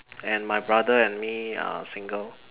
and my brother and me are single